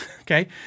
Okay